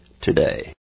today